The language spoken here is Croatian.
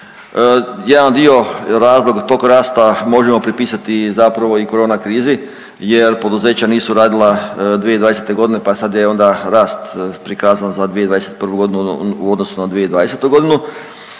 Jedan dio razloga tog rasta možemo pripisati i zapravo i korona krizi jer poduzeća nisu radila 2020. godine pa sad je onda rast prikazan za 2021. godinu u odnosu na 2020. godinu.